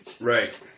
Right